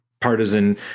partisan